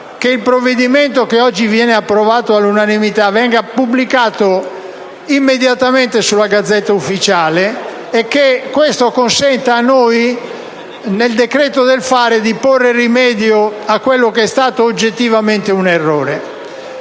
che il provvedimento che oggi viene approvato all'unanimità venga pubblicato immediatamente sulla *Gazzetta Ufficiale* e che questo consenta a noi di porre rimedio nel decreto del fare a quello che è stato oggettivamente un errore.